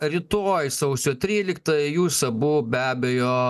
rytoj sausio tryliktai jūs abu be abejo